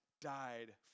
died